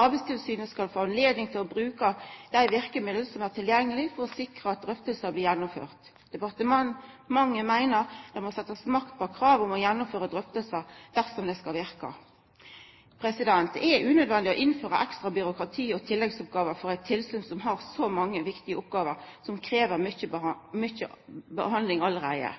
Arbeidstilsynet skal få anledning til å bruka dei verkemiddel som er tilgjengelege for å sikra at drøftingar blir gjennomførte. Departementet meiner det må setjast makt bak kravet om å gjennomføra drøftingar dersom det skal verka. Det er unødvendig å innføra ekstra byråkrati og tilleggsoppgåver for eit tilsyn som har så mange viktige oppgåver som krev mykje behandling allereie.